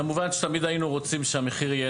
כמובן שתמיד היינו רוצים שהמחיר יהיה